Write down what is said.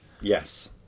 Yes